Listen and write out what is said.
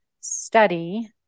study